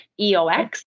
EOX